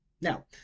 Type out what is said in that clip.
now